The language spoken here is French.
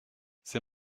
c’est